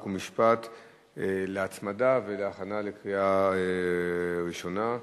חוק ומשפט להצמדה ולהכנה לקריאה ראשונה.